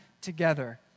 together